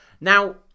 now